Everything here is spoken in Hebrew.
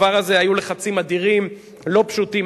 בדבר הזה היו לחצים אדירים, לא פשוטים.